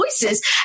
voices